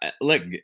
Look